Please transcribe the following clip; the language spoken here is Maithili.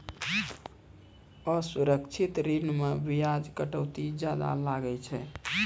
असुरक्षित ऋण मे बियाज कटौती जादा लागै छै